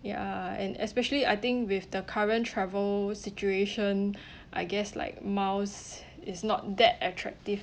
ya and especially I think with the current travel situation I guess like miles is not that attractive